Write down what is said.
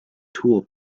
tool